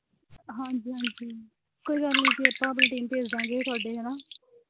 ਹਾਂਜੀ ਹਾਂਜੀ ਕੋਈ ਗੱਲ ਨਹੀਂ ਜੀ ਆਪਾਂ ਆਪਣੀ ਟੀਮ ਭੇਜ ਦੇਵਾਂਗੇ ਤੁਹਾਡੇ ਹੈ ਨਾ